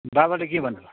बाबाले के भन्नुभयो